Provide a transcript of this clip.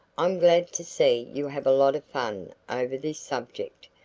i'm glad to see you have a lot of fun over this subject,